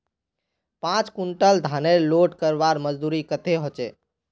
पाँच कुंटल धानेर लोड करवार मजदूरी कतेक होचए?